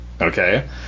Okay